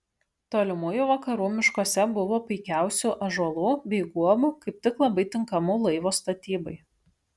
tolimųjų vakarų miškuose buvo puikiausių ąžuolų bei guobų kaip tik labai tinkamų laivo statybai